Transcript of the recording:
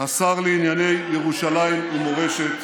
השר לענייני ירושלים ומורשת,